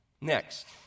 Next